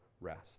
rest